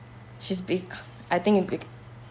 she's bus~ I think you ge~